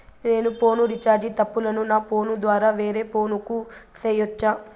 నేను phone recharge తప్పులను నా ఫోను ద్వారా వేరే ఫోను కు సేయొచ్చా?